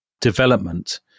development